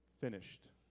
finished